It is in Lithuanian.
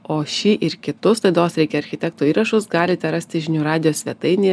o šį ir kitus laidos reikia architekto įrašus galite rasti žinių radijo svetainėje